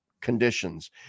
conditions